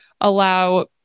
allow